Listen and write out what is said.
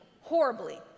horribly